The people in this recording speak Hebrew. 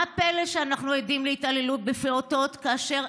מה הפלא שאנחנו עדים להתעללות בפעוטות כאשר